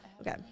Okay